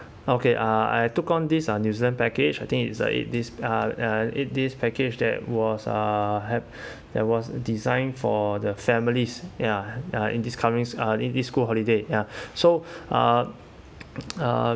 okay uh I took on this uh new zealand package I think it's uh eight this uh uh eight days package that was uh have that was designed for the families ya ya in this coming in this school holiday ya so uh uh